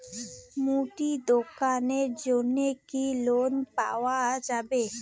মুদি দোকানের জন্যে কি লোন পাওয়া যাবে?